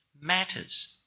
matters